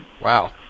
Wow